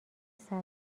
سبزتر